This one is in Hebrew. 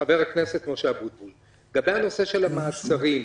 לגבי הנושא של המעצרים,